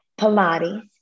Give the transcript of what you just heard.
Pilates